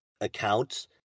accounts